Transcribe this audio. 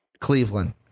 Cleveland